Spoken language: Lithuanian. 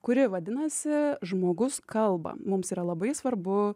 kuri vadinasi žmogus kalba mums yra labai svarbu